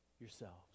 yourselves